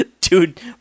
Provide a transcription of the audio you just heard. dude